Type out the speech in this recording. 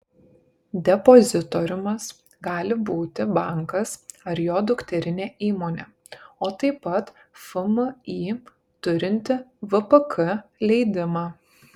depozitoriumas gali būti bankas ar jo dukterinė įmonė o taip pat fmį turinti vpk leidimą